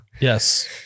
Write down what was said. Yes